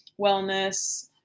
wellness